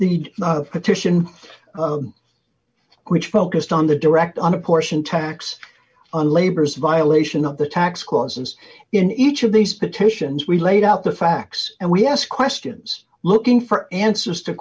the petition which focused on the direct on a portion tax on labor's violation of the tax causes in each of these petitions we laid out the facts and we ask questions looking for answers to